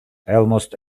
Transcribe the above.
almost